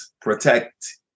protect